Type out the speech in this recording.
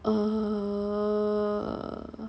err